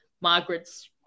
margaret's